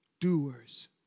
doers